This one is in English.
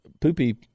Poopy